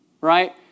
right